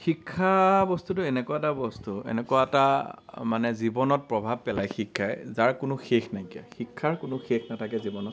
শিক্ষা বস্তুটো এনেকুৱা এটা বস্তু এনেকুৱা এটা মানে জীৱনত প্ৰভাৱ পেলাই শিক্ষাই যাৰ কোনো শেষ নাইকীয়া শিক্ষাৰ কোনো শেষ নাথাকে জীৱনত